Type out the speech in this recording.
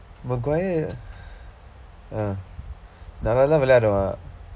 maguire ah நல்லா தான் விளையாடுவான்:nallaa thaan vilaiyaaduvaan